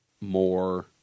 more